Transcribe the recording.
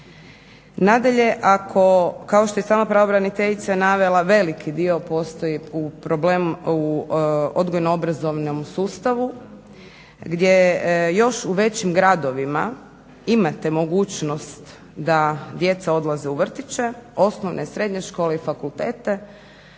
Nadalje, ako kao što je i sama pravobraniteljica navela veliki dio postoji, problem u odgojno-obrazovnom sustavu gdje još u većim gradovima imate mogućnost da djeca odlaze u vrtiće, osnovne, srednje škole i fakultete,